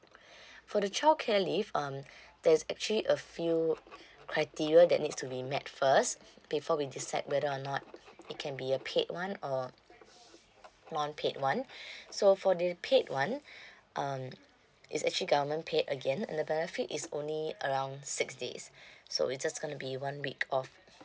for the childcare leave um there's actually a few criteria that needs to be met first before we decide whether or not it can be a paid one or non paid one so for the paid one um it's actually government paid again and the benefit is only around six days so it's just gonna be one week of